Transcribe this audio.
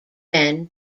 men